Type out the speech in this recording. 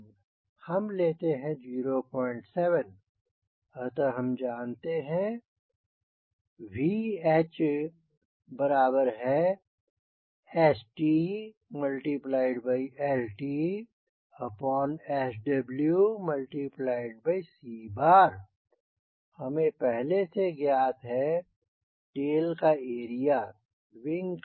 हम लेते हैं 07 अतः हम जानते हैं VHStltSwc हमें पहले से ज्ञात है टेल का एरिया विंग का एरिया